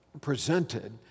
presented